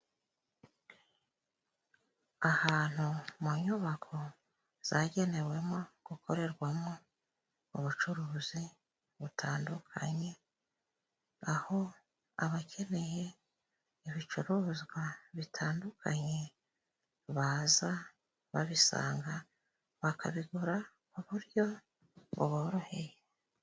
Ahantu mu nyubako zagenewemo gukorerwamo ubucuruzi butandukanye ,aho abakeneye ibicuruzwa bitandukanye baza babisanga bakabigura ku buryo buboroheye.